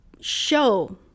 show